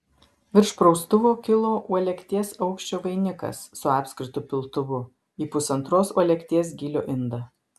virš praustuvo kilo uolekties aukščio vainikas su apskritu piltuvu į pusantros uolekties gylio indą